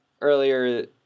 earlier